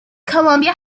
colombia